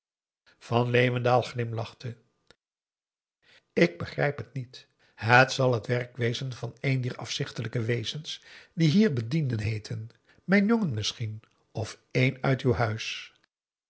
van leeuwendaal glimlachte ik begrijp het niet het zal t werk wezen van een dier afzichtelijke wezens die hier bedienden heeten mijn jongen misschien of een uit uw huis